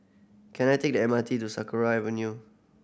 can I take the M R T to Sakra Avenue